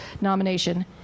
nomination